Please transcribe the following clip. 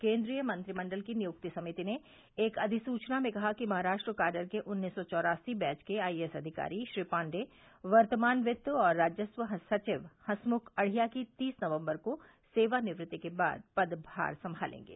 केन्द्रीय मंत्रिमंडल की नियुक्ति समिति ने एक अधिसुचना में कहा कि महाराष्ट्र काडर के उन्नीस सौ चौरासी बैच के आईएएस अधिकारी श्री पांडेय वर्तमान वित्त और राजस्व सचिव हंसमुख अढ़िया की तीस नकम्बर को सेवा निवृत्ति के बाद पदभार संभालेंगे